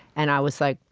and i was like,